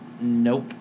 Nope